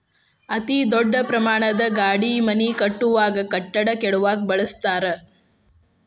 ಅತೇ ದೊಡ್ಡ ಪ್ರಮಾಣದ ಗಾಡಿ ಮನಿ ಕಟ್ಟುವಾಗ, ಕಟ್ಟಡಾ ಕೆಡವಾಕ ಬಳಸತಾರ